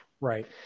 Right